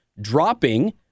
dropping